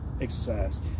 exercise